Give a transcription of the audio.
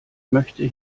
möchte